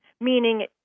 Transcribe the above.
meaning